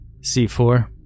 C4